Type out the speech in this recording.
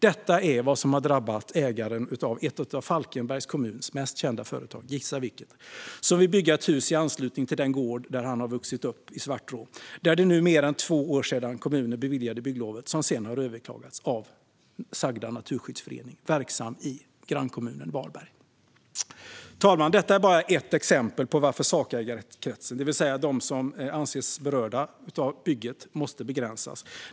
Detta är vad som har drabbat ägaren till ett av Falkenbergs kommuns mest kända företag - gissa vilket - som vill bygga ett hus i anslutning till den gård i Svartrå där han har vuxit upp. Det är nu mer än två år sedan kommunen beviljade bygglovet som sedan har överklagats av en naturskyddsförening verksam i grannkommunen Varberg. Herr talman! Detta är bara ett exempel på varför sakägarkretsen, det vill säga de som anses berörda av bygget, måste begränsas.